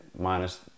minus